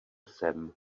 jsem